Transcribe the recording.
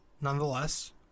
Nonetheless